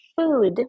food